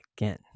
again